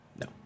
No